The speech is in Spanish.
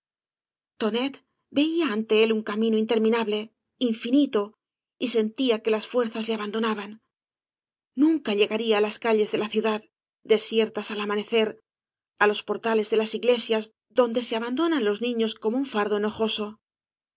veía ante él un camino interminable infinito y sentía que las fuerzas le abandonaban nunca llegaría á las callee de la ciudad desiertas al amanecer á los portales de las iglesias donde se abandonan los niños como un fardo enojoso